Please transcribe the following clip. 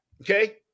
okay